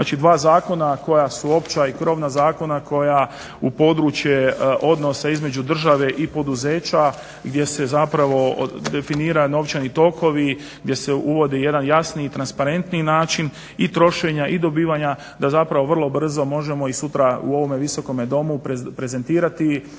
Znači dva zakona koja su opća i krovna zakona koja u područje odnosa između države i poduzeća gdje se zapravo definiraju novčani tokovi, gdje se uvodi jedan jasniji i transparentniji način i trošenja i dobivanja, da zapravo vrlo brzo možemo i sutra u ovom Visokom domu prezentirati